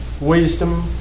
wisdom